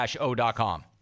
O.com